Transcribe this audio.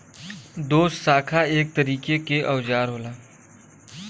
दोशाखा एक तरीके के औजार होला